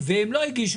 ולא הגישו?